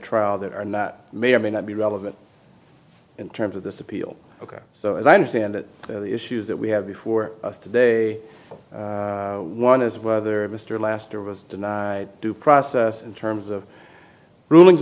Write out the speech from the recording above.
trial that and that may or may not be relevant in terms of this appeal ok so as i understand it the issues that we have before us today one is whether mr laster was denied due process in terms of rulings